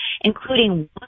including